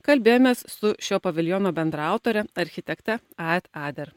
kalbėjomės su šio paviljono bendraautore architekte aid ader